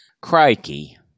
Crikey